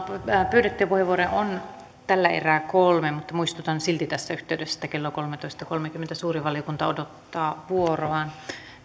pyydettyjä puheenvuoroja on tällä erää kolme mutta muistutan silti tässä yhteydessä että kello kolmetoista kolmekymmentä suuri valiokunta odottaa vuoroaan